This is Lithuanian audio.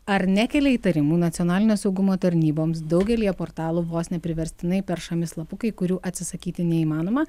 ar nekelia įtarimų nacionalinio saugumo tarnyboms daugelyje portalų vos ne priverstinai peršami slapukai kurių atsisakyti neįmanoma